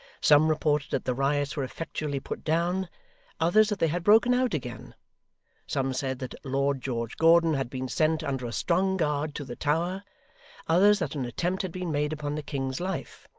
some reported that the riots were effectually put down others that they had broken out again some said that lord george gordon had been sent under a strong guard to the tower others that an attempt had been made upon the king's life,